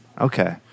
Okay